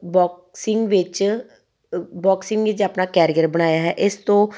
boxing ਵਿੱਚ boxing ਵਿੱਚ ਆਪਣਾ ਕੈਰੀਅਰ ਬਣਾਇਆ ਹੈ ਇਸ ਤੋਂ